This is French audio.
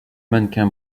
mannequin